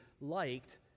liked